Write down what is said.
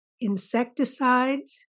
insecticides